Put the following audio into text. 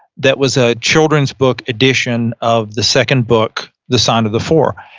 that was a children's book edition of the second book, the son of the four,